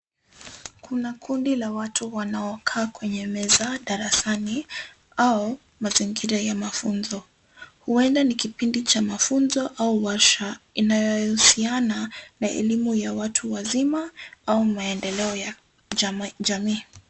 Kuna kundi la watu wanaokaa kwenye meza darasani au mazingira ya mafuzo. Huenda ni kipindi cha mafuzo au warsha inayohusiana na elimu ya watu wazima au maendeleo ya jamii.